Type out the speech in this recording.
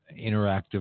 interactive